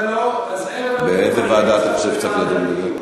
ולא, אז, באיזה ועדה אתה חושב שצריך לדון בזה?